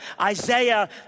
Isaiah